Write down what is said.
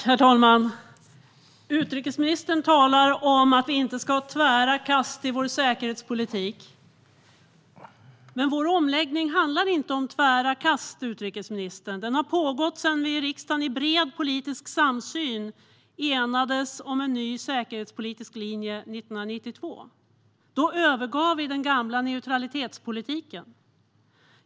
Herr talman! Utrikesministern talar om att det inte ska vara tvära kast i vår säkerhetspolitik. Men vår omläggning handlar inte om tvära kast, utrikesministern. Den har pågått sedan vi i riksdagen i bred politisk samsyn enades om en ny säkerhetspolitisk linje 1992. Då övergav vi den gamla neutralitetspolitiken.